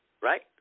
Right